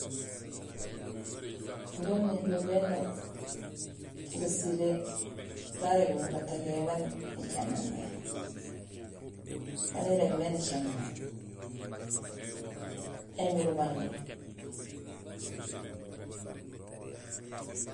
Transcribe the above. Injé umu néjool béloob barégmé batariya baan icaméén mé, baan irégmé nicaméné: éñulbañul